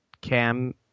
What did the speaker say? cam